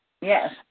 Yes